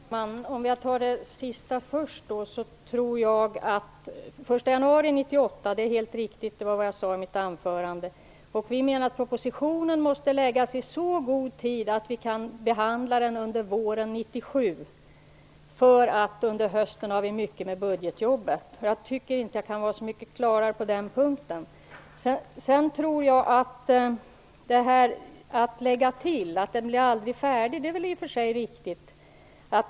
Herr talman! Om jag tar det sista först, var den 1 januari 1998 helt riktigt - det var vad jag sade i mitt anförande. Propositionen måste läggas fram i så god tid att den kan behandlas under våren 1997. Under hösten har vi mycket att göra med budgetarbetet. Jag kan inte vara så mycket klarare på den punkten. Sedan tror jag att detta med tillägg och att miljöbalken aldrig blir riktigt färdig är i och för sig riktigt.